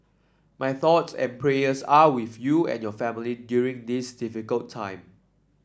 my thoughts and prayers are with you and your family during this difficult time